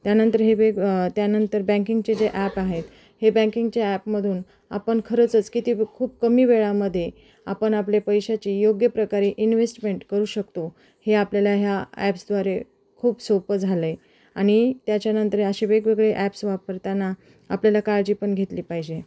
त्यानंतर हे वेग त्यानंतर बँकिंगचे जे ॲप आहेत हे बँकिंगच्या ॲपमधून आपण खरंचच किती खूप कमी वेळामध्ये आपण आपले पैशाची योग्य प्रकारे इन्वेस्टमेंट करू शकतो हे आपल्याला ह्या ॲप्सद्वारे खूप सोपं झालं आहे आणि त्याच्यानंतर हे असे वेगवेगळे ॲप्स वापरताना आपल्याला काळजी पण घेतली पाहिजे